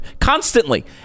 constantly